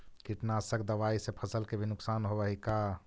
कीटनाशक दबाइ से फसल के भी नुकसान होब हई का?